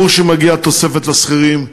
ברור שמגיעה תוספת לשכירים,